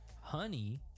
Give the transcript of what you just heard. Honey